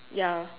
ya